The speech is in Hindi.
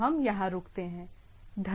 तो हम यहाँ रुकते हैं